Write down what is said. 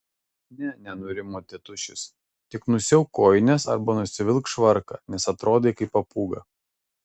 ne nenurimo tėtušis tik nusiauk kojines arba nusivilk švarką nes atrodai kaip papūga